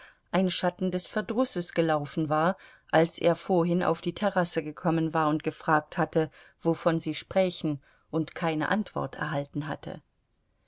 ein schatten des verdrusses gelaufen war als er vorhin auf die terrasse gekommen war und gefragt hatte wovon sie sprächen und keine antwort erhalten hatte